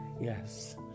Yes